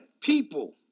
people